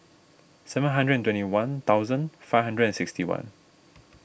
seven hundred and twenty one thousand five hundred and sixty one